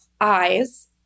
eyes